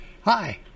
Hi